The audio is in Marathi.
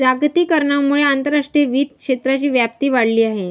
जागतिकीकरणामुळे आंतरराष्ट्रीय वित्त क्षेत्राची व्याप्ती वाढली आहे